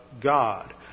God